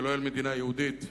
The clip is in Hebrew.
ולא אל מדינה יהודית,